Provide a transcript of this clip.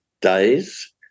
days